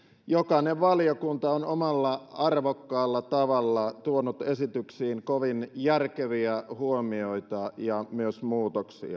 jokainen valiokunta on omalla arvokkaalla tavallaan tuonut esityksiin kovin järkeviä huomioita ja myös muutoksia